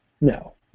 No